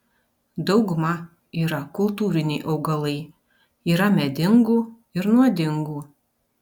dauguma yra kultūriniai augalai yra medingų ir nuodingų